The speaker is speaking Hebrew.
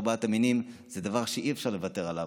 ארבעת המינים זה דבר שאי-אפשר לוותר עליו.